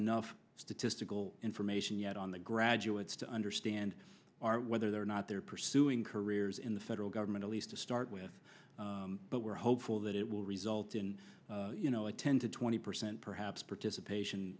enough statistical information yet on the graduates to understand whether they're not they're pursuing careers in the federal government at least to start with but we're hopeful that it will result in you know a ten to twenty percent perhaps participation